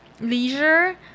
leisure